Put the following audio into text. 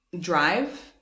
drive